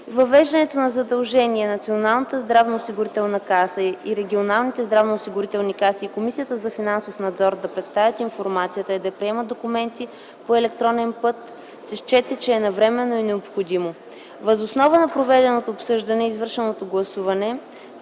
Въвеждането на задължение Националната здравноосигурителна каса, регионалните здравноосигурителни каси и Комисията за финансов надзор да предоставят информация и да приемат документи по електронен път се счете, че е навременно и необходимо. Въз основа на проведеното обсъждане и извършеното гласуване